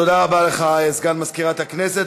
תודה רבה לך, סגן מזכירת הכנסת.